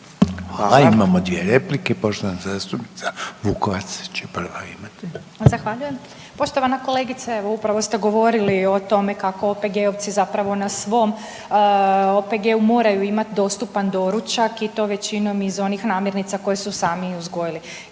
Imamo dvije replike. Poštovana zastupnica Vukovac će prva imati. **Vukovac, Ružica (DP)** Zahvaljujem. Poštovana kolegice evo upravo ste govorili o tome kako OPG-ovci zapravo na svom OPG-u moraju imati dostupan doručak i to većinom iz onih namirnica koje su sami uzgojili.